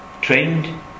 Trained